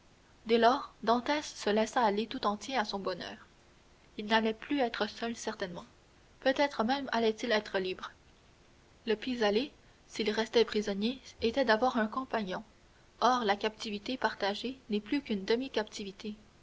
dès lors dantès se laissa aller tout entier à son bonheur il n'allait plus être seul certainement peut-être même allait-il être libre le pis aller s'il restait prisonnier était d'avoir un compagnon or la captivité partagée n'est plus qu'une